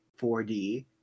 4D